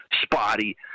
spotty